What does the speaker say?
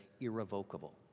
irrevocable